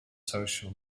social